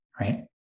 Right